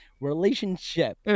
Relationship